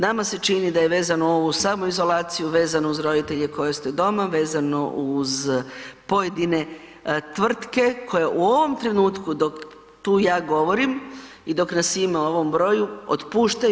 Nama se čini da je vezano ovo uz samoizolaciju, vezeno uz roditelje koje ste doma, vezano uz pojedine tvrtke koje u ovom trenutku dok tu ja govorim i dok nas ima u ovom broju otpuštaju.